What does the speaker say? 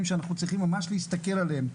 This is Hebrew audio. שאנחנו צריכים ממש להסתכל עליהם,